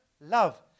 love